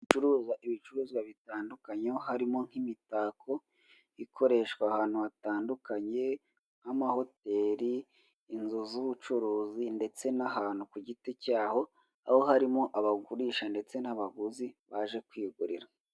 Curuzwa ibicuruzwa bitandukanye harimo nk'imitako ikoreshwa ahantu hatandukanye nk'amahoteli, inzu z'ubucuruzi ndetse n'ahantu ku giti cyaho, aho harimo abagurisha ndetse n'abaguzi baje kwigurira.